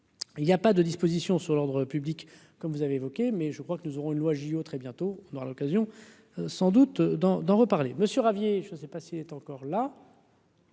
il y a pas de dispositions sur l'ordre public, comme vous avez évoqué, mais je crois que nous aurons une loi JO très bientôt, on aura l'occasion sans doute d'en d'en reparler Monsieur Ravier, je ne sais pas s'il est encore là.